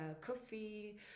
coffee